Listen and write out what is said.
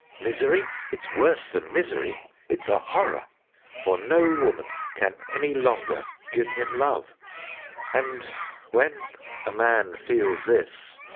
misery? it's worse than misery it's a horror for no woman can any longer give him love and when a man feels this.